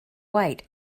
white